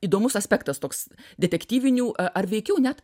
įdomus aspektas toks detektyvinių a ar veikiau net